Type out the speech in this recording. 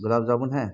گلاب جامن ہیں